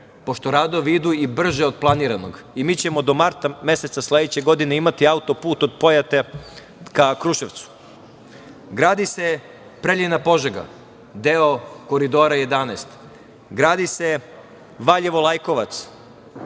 pošto radovi idu i brže od planiranog i mi ćemo do marta meseca sledeće godine imati autoput od Pojata ka Kruševcu. Gradi se Preljina – Požega, deo „Koridora 11“, gradi se Valjevo – Lajkovac,